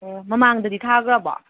ꯑꯣ ꯃꯃꯥꯡꯗꯗꯤ ꯊꯥꯈ꯭ꯔꯕꯣ